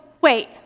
wait